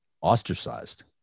ostracized